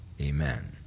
Amen